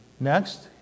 Next